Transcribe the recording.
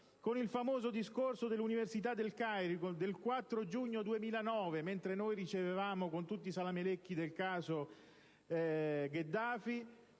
con il famoso discorso all'Università del Cairo del 4 giugno 2009. Mentre noi ricevevamo con tutti i salamelecchi del caso Gheddafi,